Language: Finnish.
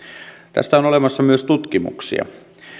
tästä on olemassa myös tutkimuksia